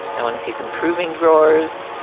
i want to see some proving draws.